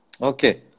Okay